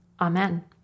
Amen